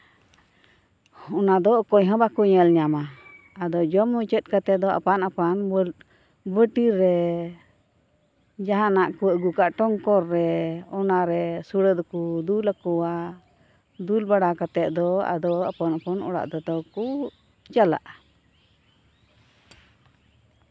ᱚᱱᱟ ᱫᱚ ᱚᱠᱚᱭ ᱦᱚᱸ ᱵᱟᱝᱠᱚ ᱧᱮᱞ ᱧᱟᱢᱟ ᱟᱫᱚ ᱡᱚᱢ ᱢᱩᱪᱟᱹᱫ ᱠᱟᱛᱮ ᱫᱚ ᱟᱯᱟᱱ ᱟᱯᱤᱱ ᱵᱚᱱ ᱵᱟᱹᱴᱤ ᱨᱮ ᱡᱟᱦᱟᱸᱱᱟᱜ ᱠᱚ ᱟᱹᱜᱩ ᱠᱟᱜᱼᱟ ᱴᱚᱝᱠᱚᱨ ᱨᱮ ᱚᱱᱟ ᱨᱮ ᱥᱩᱲᱟᱹ ᱫᱚᱠᱚ ᱫᱩᱞᱟᱠᱚᱣᱟ ᱫᱩᱞ ᱵᱟᱲᱟ ᱠᱟᱛᱮ ᱫᱚ ᱟᱫᱚ ᱟᱯᱟᱱ ᱟᱯᱤᱱ ᱚᱲᱟᱜ ᱛᱮᱫᱚᱠᱚ ᱪᱟᱞᱟᱜᱼᱟ